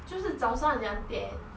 就是早上两点